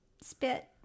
spit